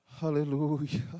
Hallelujah